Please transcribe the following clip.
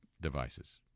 devices